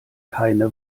keine